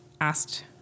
asked